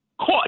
caught